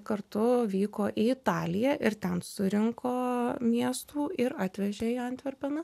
kartu vyko į italiją ir ten surinko miestų ir atvežė į antverpeną